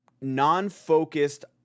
non-focused